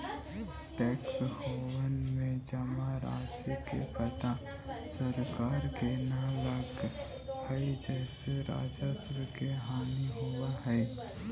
tax haven में जमा राशि के पता सरकार के न लगऽ हई जेसे राजस्व के हानि होवऽ हई